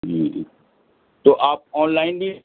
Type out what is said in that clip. جی جی تو آپ آن لائن بھی